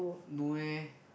no eh